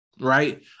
right